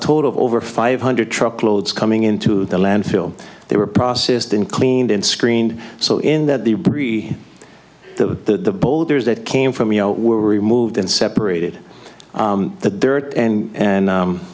total of over five hundred truckloads coming into the landfill they were processed in cleaned and screened so in that the three the boulders that came from you know were removed and separated the dirt and